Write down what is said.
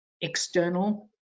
external